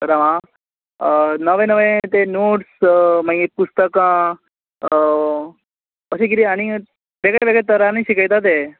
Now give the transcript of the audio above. राव आं नवे नवे ते नोट्स मागीर पुस्तकां अशें कितें आनी वेगळे वेगळे तरांनी शिकयता ते